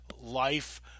life